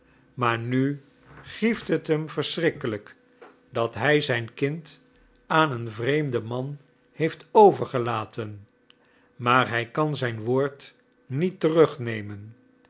maar nu grieft het hem verschrikkelijk dat hij zijn kind aan een vreemden man heeft overgelaten maar hij kan zijn woord niet terugnemen